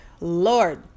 Lord